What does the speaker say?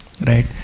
right